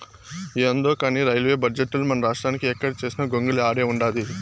యాందో కానీ రైల్వే బడ్జెటుల మనరాష్ట్రానికి ఎక్కడ వేసిన గొంగలి ఆడే ఉండాది